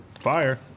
Fire